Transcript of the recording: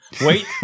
Wait